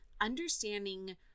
understanding